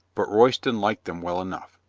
but royston liked them well enough.